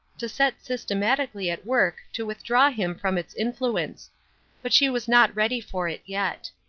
to set systematically at work to withdraw him from its influence but she was not ready for it yet.